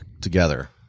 together